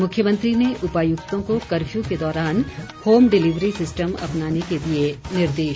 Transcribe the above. मुख्यमंत्री ने उपायुक्तों को कर्फ्यू के दौरान होम डिलीवरी सिस्टम अपनाने के दिए निर्देश